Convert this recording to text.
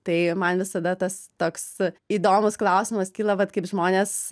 tai man visada tas toks įdomus klausimas kyla vat kaip žmonės